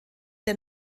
der